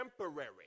temporary